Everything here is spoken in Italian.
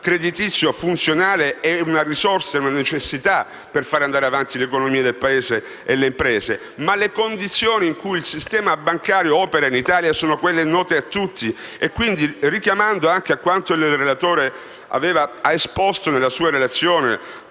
creditizio funzionale è una risorsa ed è una necessità per fare andare avanti l'economia del Paese e le imprese. Ma le condizioni in cui il sistema bancario opera in Italia credo siano note a tutti e quindi, richiamando quanto il relatore ha esposto nella sua relazione